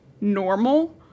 normal